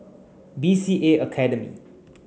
B C A Academy